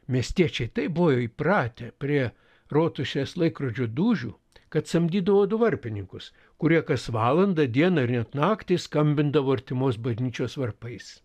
miestiečiai taip buvo įpratę prie rotušės laikrodžio dūžių kad samdydavo du varpininkus kurie kas valandą dieną ir net naktį skambindavo artimos bažnyčios varpais